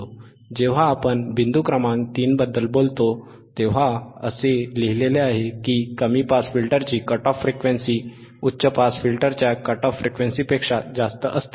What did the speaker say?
जेव्हा आपण बिंदू क्रमांक 3 बद्दल बोलतो तेव्हा असे लिहिले आहे की कमी पास फिल्टरची कट ऑफ फ्रिक्वेन्सी उच्च पास फिल्टरच्या कट ऑफ फ्रिक्वेन्सीपेक्षा जास्त असते